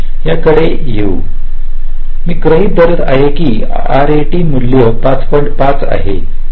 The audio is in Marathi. त्याकडे येऊ मी गृहित धरत आहे की आरएटी मूल्य 5